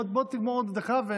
תגמור עוד דקה.